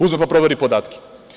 Uzme pa proveri podatke.